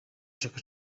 chaka